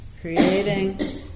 creating